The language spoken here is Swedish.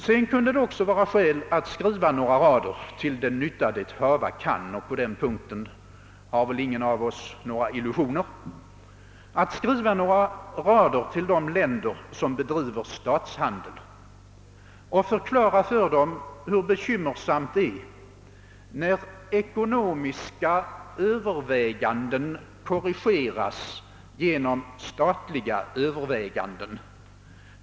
Det kunde också vara skäl att skriva några rader — till den verkan det hava kan, och på den punkten har väl ingen av oss några illusioner — till de länder som bedriver statshandel och förklara för dem hur bekymmersamt det är när ekonomiska överväganden korrigeras genom statliga åtgärder.